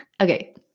okay